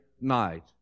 night